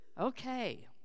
Okay